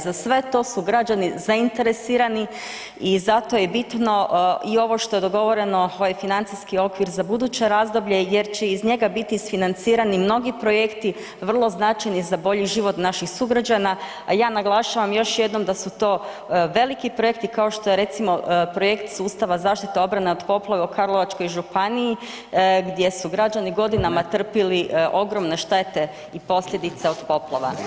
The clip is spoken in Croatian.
Za sve to su građani zainteresirani i zato je bitno i ovo što je dogovoreno, ovaj financijski okvir za buduće razdoblje jer će iz njega biti isfinancirati mnogi projekti vrlo značajni za bolji život naših sugrađana, a ja naglašavam još jednom da su to veliki projekti kao što je recimo projekt sustava zaštite obrana od poplave u Karlovačkoj županiji gdje su građani godinama trpili ogromne štete i posljedice od poplava.